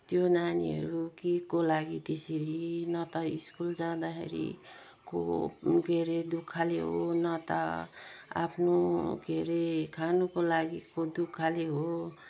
त्यो नानीहरू केको लागि त्यसरी न त स्कुल जाँदाखेरिको के अरे दुःखले हो न त आफ्नो के अरे खानको लागिको दुःखले हो